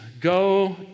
Go